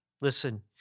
Listen